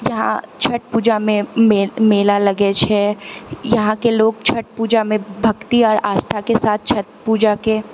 जहाँ छठ पूजामे मेला लगै छै यहाँके लोग छठ पूजामे भक्ति आओर आस्थाके साथ छठ पूजाके